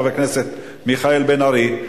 חבר הכנסת מיכאל בן-ארי.